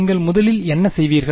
நீங்கள் முதலில் என்ன செய்வீர்கள்